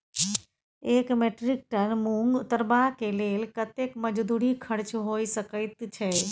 एक metric ton मूंग उतरबा के लेल कतेक मजदूरी खर्च होय सकेत छै?